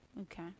Okay